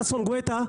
ששון גואטה,